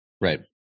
right